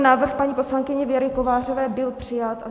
Návrh paní poslankyně Věry Kovářové byl přijat.